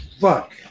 Fuck